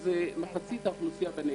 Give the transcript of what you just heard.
זה מחצית אוכלוסיית הנגב.